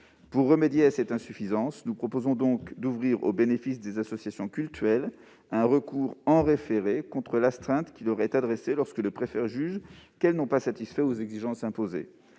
Pour remédier à cette insuffisance, nous proposons d'ouvrir au bénéfice des associations cultuelles un recours en référé contre l'astreinte qui leur est adressée lorsque le préfet juge qu'elles n'ont pas satisfait aux exigences imposées.